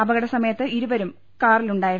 അപകടസമയത്ത് ഇവരും കാറിലുണ്ടായിരുന്നു